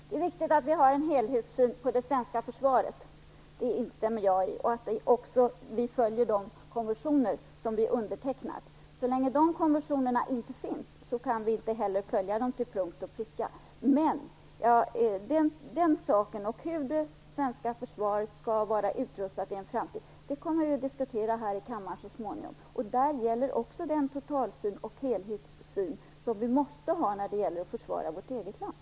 Herr talman! Det är viktigt att vi har en helhetssyn på det svenska försvaret. Det instämmer jag i. Det är också viktigt att vi följer de konventioner vi undertecknat. Men så länge dessa konventioner inte finns kan vi inte heller följa dem till punkt och pricka. Den saken och hur det svenska försvaret skall vara utrustat i framtiden kommer vi dock att diskutera här i kammaren så småningom. Där gäller också den helhetssyn som vi måste ha när det gäller att försvara vårt eget land.